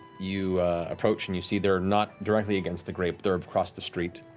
you approach and you see they're not directly against the grate, they're across the street.